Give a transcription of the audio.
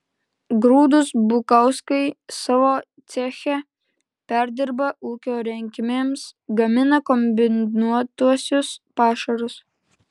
grūdus bukauskai savo ceche perdirba ūkio reikmėms gamina kombinuotuosius pašarus